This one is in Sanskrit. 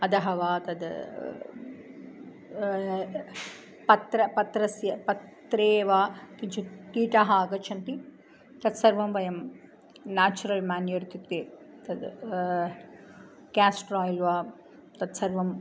अधः वा तद् पत्र पत्रस्य पत्रे वा किञ्चित् कीटाः आगच्छन्ति तत्सर्वं वयं नाचुरल् म्यान्युर् इत्युक्ते तद् कास्ट्रायिल् वा तत्सर्वम्